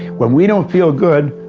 when we don't feel good,